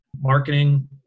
marketing